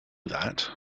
that